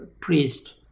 priest